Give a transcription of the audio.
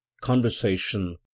conversation